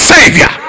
Savior